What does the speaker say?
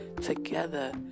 together